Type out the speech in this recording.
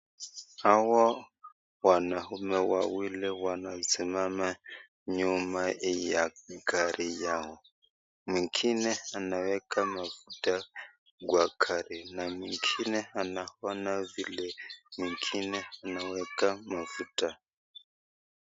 Hawa wanaume wawili wanasimama nyuma ya gari yao. Mwengine anaweka mafuta kwa gari na mwingi anaona vile mwingine anaweka mafuta.